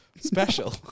special